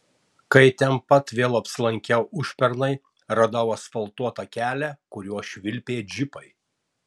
kai ten pat vėl apsilankiau užpernai radau asfaltuotą kelią kuriuo švilpė džipai